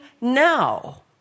now